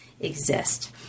exist